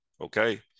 Okay